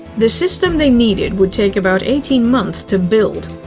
the system they needed would take about eighteen months to build.